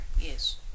Yes